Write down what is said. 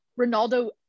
Ronaldo